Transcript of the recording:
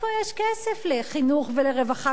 איפה יש כסף לחינוך ולרווחה?